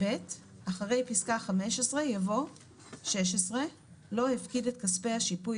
אחרי פסקה 15 יבוא 16-"..לא הפקיד את כספי השיפוי